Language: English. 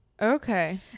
Okay